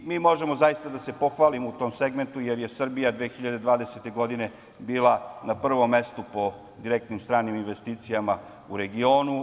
Mi zaista možemo da se pohvalimo u tom segmentu, jer je Srbija 2020. godine bila na prvom mestu po direktnim stranim investicijama u regionu.